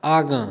आगाँ